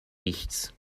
nichts